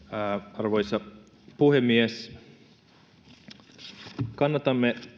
arvoisa puhemies kannatamme